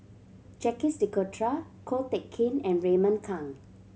Jacques De Coutre Ko Teck Kin and Raymond Kang